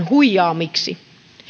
huijaamiksi